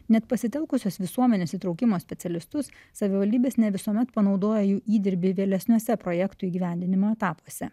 net pasitelkusios visuomenės įtraukimo specialistus savivaldybės ne visuomet panaudoja jų įdirbį vėlesniuose projektų įgyvendinimo etapuose